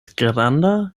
granda